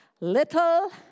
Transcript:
little